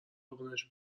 قربونش